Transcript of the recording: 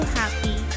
happy